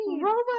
Robot